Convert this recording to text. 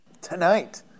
Tonight